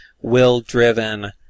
will-driven